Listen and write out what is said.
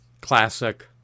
classic